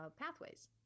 pathways